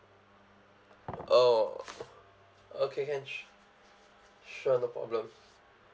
oh okay can su~ sure no problem